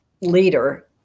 leader